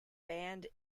band